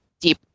deep